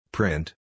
Print